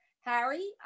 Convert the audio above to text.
Harry